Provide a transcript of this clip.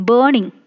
Burning